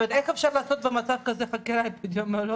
איך אפשר לעשות במצב הזה חקירה אפידמיולוגית?